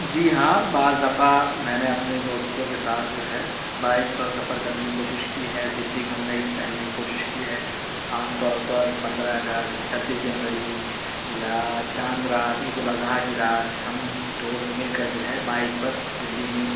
جی ہاں بعض دفعہ میں نے اپنے دوستوں کے ساتھ جو ہے بائک پر سفر کرنے کی کوشش کی ہے دلی گھومنے ٹہلنے کی کوشش کی ہے عام طور پر پندرہ اگست چھبیس جنوری یا چاند رات عیدالاضحی کی رات ہم دوست مل کر جو ہے بائک پر دلی میں